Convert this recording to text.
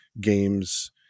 Games